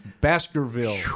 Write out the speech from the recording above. Baskerville